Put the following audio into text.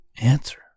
answer